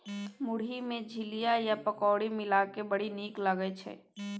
मुरही मे झिलिया आ पकौड़ी मिलाकए बड़ नीक लागय छै